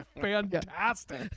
fantastic